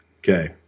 Okay